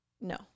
no